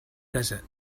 desert